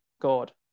God